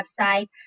website